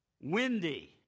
windy